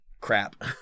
crap